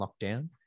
lockdown